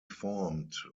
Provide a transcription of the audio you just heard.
formed